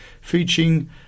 featuring